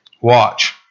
watch